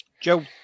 Joe